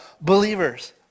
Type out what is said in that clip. believers